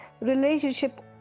relationship